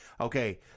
okay